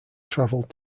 travelled